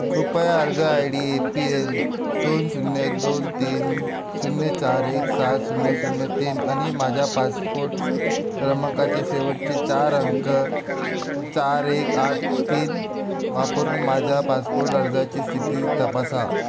कृपया अर्ज I D A P L दोन शून्य दोन तीन शून्य चार एक सात शून्य शून्य तीन आणि माझ्या पासपोट क्रमांकाचे शेवटचे चार अंक चार एक आठ तीन वापरून माझ्या पासपोट अर्जाची स्थिती तपासा